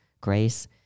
grace